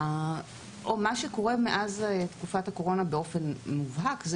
מה שקורה מאז תקופת הקורונה באופן מובהק זה